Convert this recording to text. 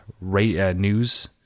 News